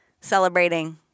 celebrating